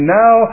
now